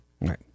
right